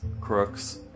crooks